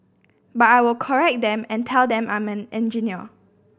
but I will correct them and tell them I'm an engineer